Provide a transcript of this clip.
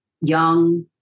young